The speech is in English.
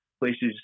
places